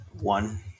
One